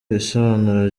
ibisobanuro